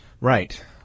Right